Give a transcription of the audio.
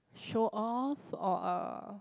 show off or uh